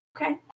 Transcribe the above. Okay